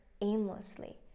aimlessly